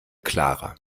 klarer